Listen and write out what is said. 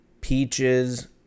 Peaches